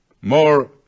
more